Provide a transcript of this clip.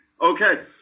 Okay